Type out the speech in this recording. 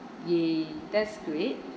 !yay! that's great